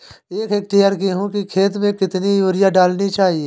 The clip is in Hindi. एक हेक्टेयर गेहूँ की खेत में कितनी यूरिया डालनी चाहिए?